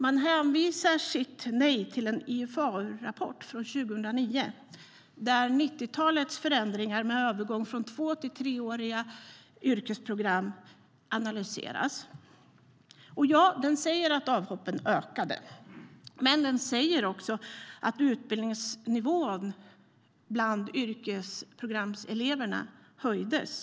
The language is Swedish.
Man hänvisar till en IFAU-rapport från 2009, där 90-talets förändringar med övergång från tvååriga till treåriga yrkesprogram analyseras. Ja, den rapporten säger att avhoppen ökade, men den säger också att utbildningsnivån bland yrkesprogramseleverna höjdes.